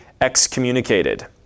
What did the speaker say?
excommunicated